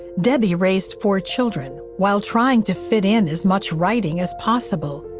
debbie raised four children while trying to fit in as much writing as possible.